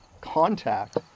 contact